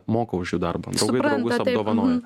moka už jų darbą draugai draugus apdovanoja